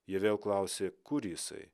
jie vėl klausė kur jisai